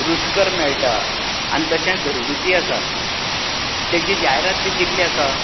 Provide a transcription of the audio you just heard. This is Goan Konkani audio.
रुचकर मेळटा आनी तशें घरगूती आसा तेजी जायरात बी दिल्ली आसा